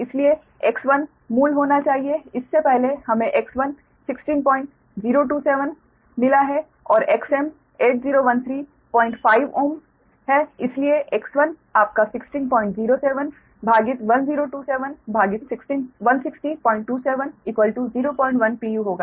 इसलिए X1 मूल होना चाहिए इससे पहले हमें X1 16027 Ω मिला है और Xm 80135 Ω है इसलिए X1 आपका 1607 भागित 1027 भागित 16027 01pu होगा